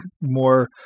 more